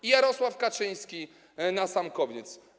I Jarosław Kaczyński na sam koniec.